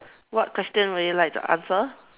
what question would you like to answer